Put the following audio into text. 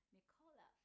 Nicola